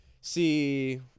See –